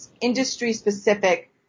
industry-specific